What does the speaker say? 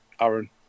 Aaron